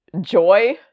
joy